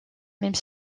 même